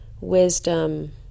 wisdom